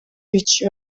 which